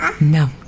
No